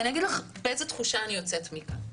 ואני אגיד לך באיזה תחושה אני יוצאת מכאן.